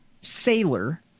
sailor